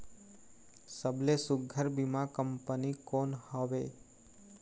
सबले सुघ्घर बीमा कंपनी कोन हवे?